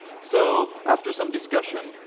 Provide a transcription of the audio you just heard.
so after some discussion,